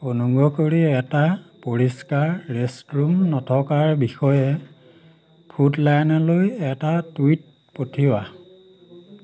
অনুগ্ৰহ কৰি এটা পৰিষ্কাৰ ৰে'ষ্টৰুম নথকাৰ বিষয়ে ফুড লাইয়নলৈ এটা টুইট পঠিওৱা